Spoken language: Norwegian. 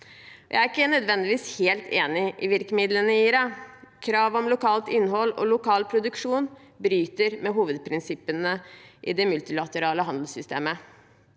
Jeg er ikke nødvendigvis helt enig i virkemidlene i IRA. Krav om lokalt innhold og lokal produksjon bryter med hovedprinsippene i det multilaterale handelssystemet,